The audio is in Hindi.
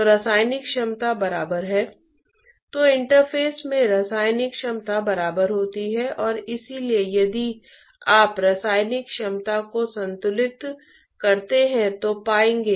तो हम सीधे कंसंट्रेशन और तापमान सीमा परत करेंगे